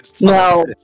No